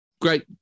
Great